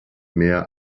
mehr